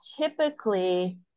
typically